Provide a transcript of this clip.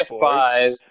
five